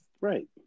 Right